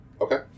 Okay